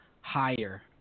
higher